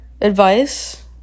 Advice